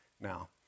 now